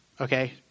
okay